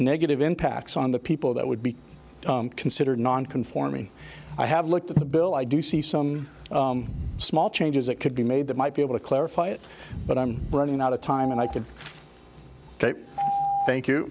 negative impacts on the people that would be considered non conforming i have looked at the bill i do see some small changes that could be made that might be able to clarify it but i'm running out of time and i could thank you